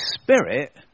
spirit